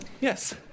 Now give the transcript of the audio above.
Yes